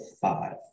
five